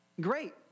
Great